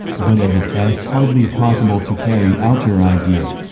but as it s hardly possible to carry out your idea,